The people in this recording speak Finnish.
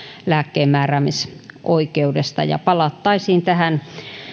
lääkkeenmääräämisoikeudesta ja palattaisiin tähän